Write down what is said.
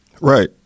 Right